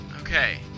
Okay